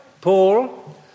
Paul